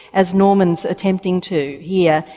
as norman is attempting to yeah